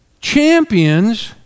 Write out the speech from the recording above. champions